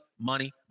money